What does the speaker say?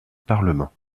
parlement